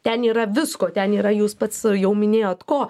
ten yra visko ten yra jūs pats jau minėjot ko